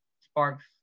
sparks